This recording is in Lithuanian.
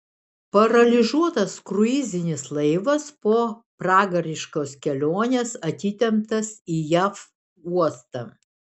paralyžiuotas kruizinis laivas po pragariškos kelionės atitemptas į jav uostą